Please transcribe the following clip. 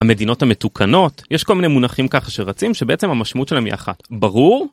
המדינות המתוקנות יש כל מיני מונחים ככה שרצים שבעצם המשמעות שלהם היא אחת, ברור...